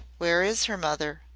where is her mother?